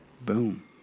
Boom